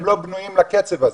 הם לא בנויים לקצב הזה.